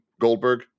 Goldberg